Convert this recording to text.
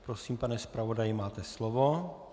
Prosím, pane zpravodaji, máte slovo.